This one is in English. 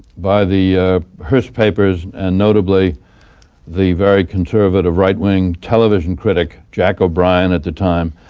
by the hurst papers and notably the very conservative right wing television critic jack o'brien at the time,